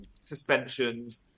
suspensions